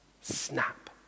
snap